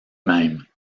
même